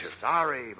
Sorry